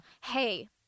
hey